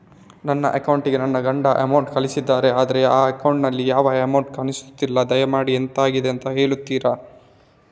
ನನ್ನ ಅಕೌಂಟ್ ಗೆ ನನ್ನ ಗಂಡ ಅಮೌಂಟ್ ಕಳ್ಸಿದ್ದಾರೆ ಆದ್ರೆ ಅಕೌಂಟ್ ನಲ್ಲಿ ಯಾವ ಅಮೌಂಟ್ ಕಾಣಿಸ್ತಿಲ್ಲ ದಯಮಾಡಿ ಎಂತಾಗಿದೆ ಅಂತ ಹೇಳ್ತೀರಾ?